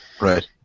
Right